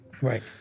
Right